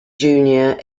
junior